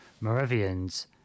Moravians